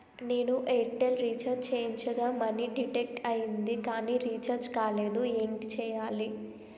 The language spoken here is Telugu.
నేను ఎయిర్ టెల్ రీఛార్జ్ చేయించగా మనీ డిడక్ట్ అయ్యింది కానీ రీఛార్జ్ కాలేదు ఏంటి చేయాలి?